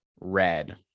red